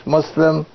Muslim